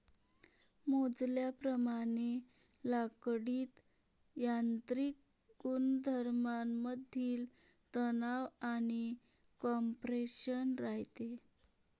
मोजल्याप्रमाणे लाकडीत यांत्रिक गुणधर्मांमधील तणाव आणि कॉम्प्रेशन राहते